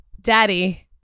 Daddy